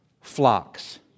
flocks